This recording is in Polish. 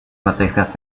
natychmiast